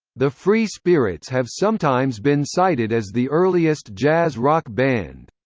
the free spirits have sometimes been cited as the earliest jazz-rock band.